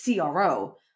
CRO